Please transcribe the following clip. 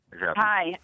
Hi